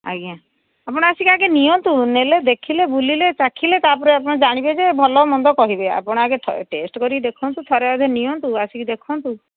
ଆଜ୍ଞା ଆପଣ ଆସିକି ଆଗେ ନିଅନ୍ତୁ ନେଲେ ଦେଖିଲେ ବୁଲିଲେ ଚାଖିଲେ ତା'ପରେ ଆପଣ ଜାଣିବେ ଯେ ଭଲ ମନ୍ଦ କହିବେ ଆପଣ ଆଗେ ଥରେ ଟେଷ୍ଟ କରିକି ଦେଖନ୍ତୁ ଥରେ ଅଧେ ନିଅନ୍ତୁ ଆସିକି ଦେଖନ୍ତୁ